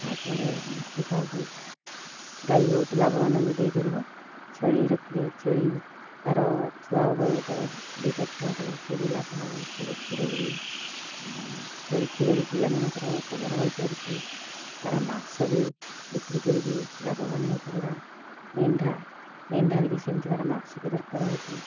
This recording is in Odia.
ତା'ପରେ ସେ କ'ଣ କି ଗାଈ ବହୁତ ଲାଭବାନ ବି ଦେଇ ପାରିବ ଛେଳି ରଖିଲେ ଛେଳି ତାର ଛୁଆ ହେବ ଯେତେବେଳେ ଦୁଇଟା ଛୁଆ ଦେବ ସିଏ ବି ଲାଭ ହେବ ଛେଳି କ୍ଷୀର ବି ଛେଳି କ୍ଷୀର ବି ପିଲାମାନଙ୍କର ଉପକାର ହେଇପାରୁଛି ତା'ର ମାଂସ ବି ବିକ୍ରି କରିକି ଲାଭବାନ ହେଇପାରିବା ମେଣ୍ଢା ମେଣ୍ଢାରେ ବି ସେମିତି ତା'ର ମାଂସ ବି ଦରକାର ହେଉଛି